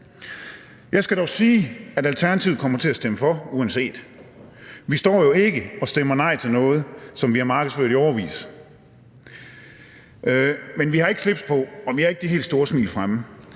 Jeg skal dog sige, at Alternativet kommer til at stemme for uanset. Vi står jo ikke og stemmer nej til noget, som vi har markedsført i årevis, men vi har ikke slips på, og vi har ikke de helt store smil fremme.